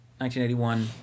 1981